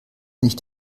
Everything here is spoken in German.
nicht